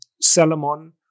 Salomon